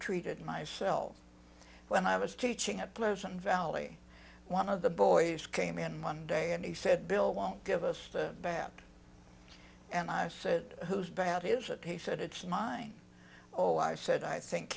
treated myself when i was teaching at pleasant valley one of the boys came in one day and he said bill won't give us the bag and i said who's bad is that he said it's mine oh i said i think